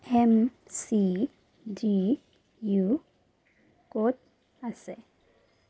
M C D U ক'ত আছে